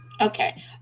Okay